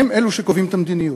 הם אלה שקובעים את המדיניות.